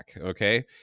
Okay